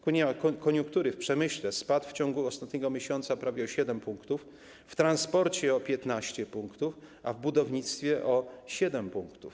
Koniunktura w przemyśle spadła w ciągu ostatniego miesiąca prawie o 7 punktów, w transporcie - o 15 punktów, a w budownictwie - o 7 punktów.